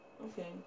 Okay